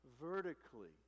vertically